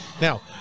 Now